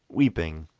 weeping,